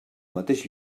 mateix